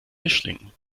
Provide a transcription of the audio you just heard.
mischling